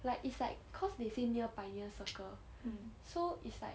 like it's like cause they say near pioneer circle so it's like